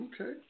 Okay